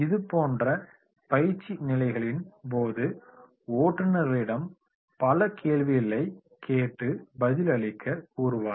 இது போன்ற பயிற்சி நிலைகளின் போது ஓட்டுநர்களிடம் பல கேள்விகளைக் கேட்டு பதில் அளிக்க கூறுவார்கள்